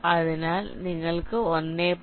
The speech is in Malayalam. അതിനാൽ നിങ്ങൾക്ക് 1